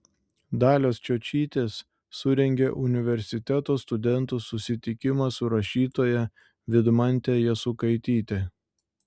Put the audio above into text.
dalios čiočytės surengė universiteto studentų susitikimą su rašytoja vidmante jasukaityte